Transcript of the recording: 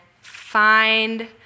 find